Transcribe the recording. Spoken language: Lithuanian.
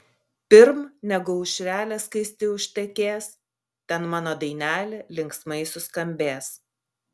pirm negu aušrelė skaisti užtekės ten mano dainelė linksmai suskambės